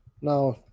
Now